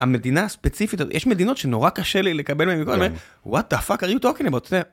המדינה הספציפית, יש מדינות שנורא קשה לי לקבל מהן, WTF are you talking about, אתה יודע.